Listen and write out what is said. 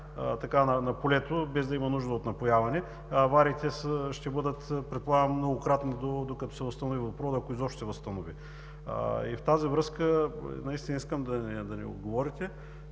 на полето, без да има нужда от напояване. Авариите ще бъдат, предполагам, многократни, докато се възстанови водопроводът, ако изобщо се възстанови. В тази връзка искам да ни отговорите: